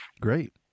Great